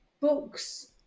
books